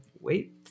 Wait